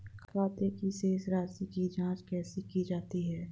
खाते की शेष राशी की जांच कैसे की जाती है?